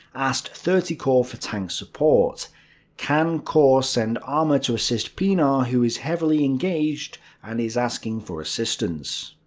asked thirty corps for tank support can corps send armour to assist pienaar who is heavily engaged and is asking for assistance?